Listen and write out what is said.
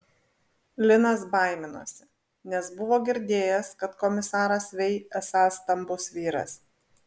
linas baiminosi nes buvo girdėjęs kad komisaras vei esąs stambus vyras